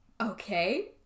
Okay